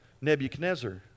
Nebuchadnezzar